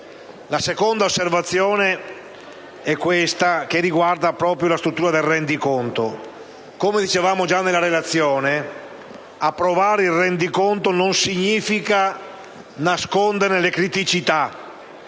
La seconda osservazione che intendo svolgere riguarda proprio la struttura del rendiconto. Come si è detto già nella relazione, approvare il rendiconto non significa nascondere le criticità